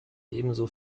ebenso